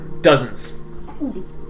Dozens